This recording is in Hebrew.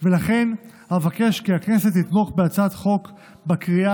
ולכן אבקש כי הכנסת תתמוך בהצעת החוק בקריאה